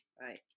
right